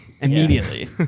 Immediately